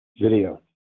video